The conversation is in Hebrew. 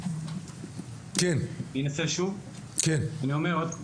אני אומר,